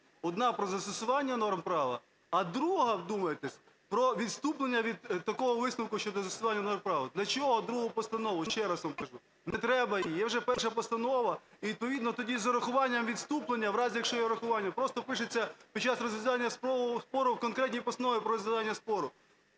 одна – про застосування норм права, а друга, вдумайтесь, – про відступлення від такого висновку щодо застосування норм права. Для чого другу постанову? Ще раз вам кажу, не треба її. Є вже перша постанова. І відповідно тоді з урахуванням відступлення, в разі якщо є врахування, просто пишеться "під час розв’язання спору" в конкретній постанові про розв’язання спору.